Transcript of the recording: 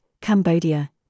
Cambodia